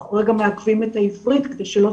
אנחנו כרגע מעכבים את העברית כדי שלא